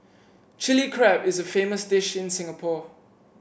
Chilli Crab is a famous dish in Singapore